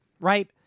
right